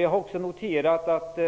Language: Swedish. Jag har också noterat att